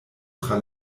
tra